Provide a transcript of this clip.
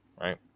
right